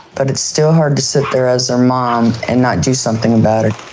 but it's still hard to sit there as their mom and not do something about it.